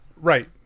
right